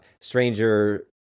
Stranger